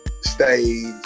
Stage